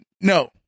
No